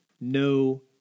no